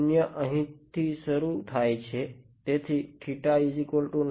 શૂન્ય અહીંથી શરુ થાય છે